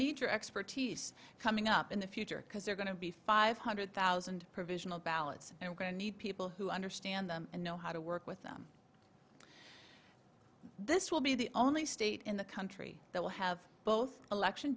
need your expertise coming up in the future because they're going to be five hundred thousand provisional ballots and we're going to need people who understand them and know how to work with them this will be the only state in the country that will have both election